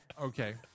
Okay